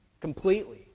completely